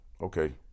okay